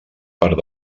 part